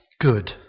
good